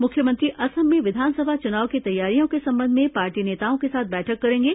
मुख्यमंत्री असम में विधानसभा चुनाव की तैयारियों के संबंध में पार्टी नेताओं के साथ बैठक करेंगे